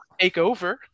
takeover